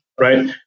right